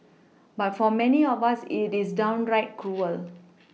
but for many of us it is downright cruel